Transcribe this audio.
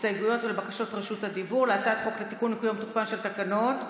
הסתייגויות של בקשות רשות הדיבור להצעת החוק לתיקון תוקפן של תקנות,